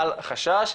אל חשש.